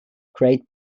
great